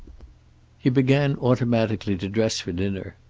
he began, automatically, to dress for dinner.